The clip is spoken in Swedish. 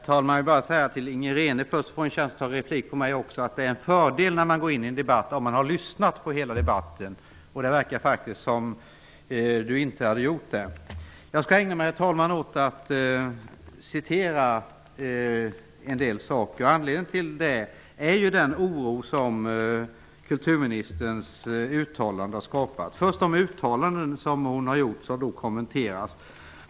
Herr talman! Jag vill säga till Inger René att det är en fördel att ha lyssnat på hela debatten om man ger sig in i den. Det verkar faktiskt som om hon inte hade gjort det. Nu får hon chans att begära replik på mitt anförande också. Herr talman! Jag skall ägna mig åt att citera en del saker. Anledningen till det är den oro som kulturministerns uttalande har skapat. Dessa uttalanden har kommenterats.